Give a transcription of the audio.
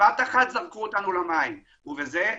בבת אחת זרקו אותנו למים ובזה,